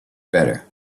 better